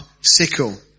sickle